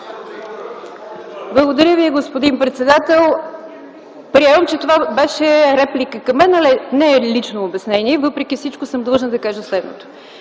Благодаря Ви, господин председател. Приемам, че това беше реплика към мен, а не лично обяснение. Въпреки всичко съм длъжна да кажа следното.